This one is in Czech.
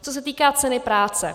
Co se týká ceny práce.